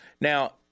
Now